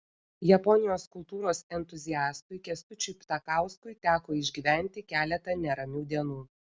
japonijos kultūros entuziastui kęstučiui ptakauskui teko išgyventi keletą neramių dienų